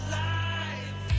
life